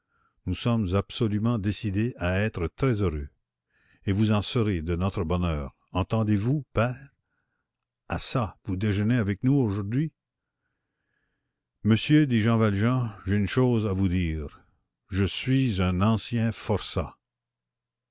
nous sommes absolument décidés à être très heureux et vous en serez de notre bonheur entendez-vous père ah çà vous déjeunez avec nous aujourd'hui monsieur dit jean valjean j'ai une chose à vous dire je suis un ancien forçat